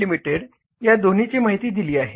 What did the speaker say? Ltd या दोन्हीची माहिती दिली आहे